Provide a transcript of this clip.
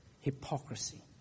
hypocrisy